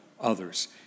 others